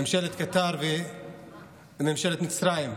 ממשלת קטר וממשלת מצרים.